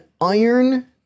iron